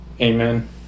Amen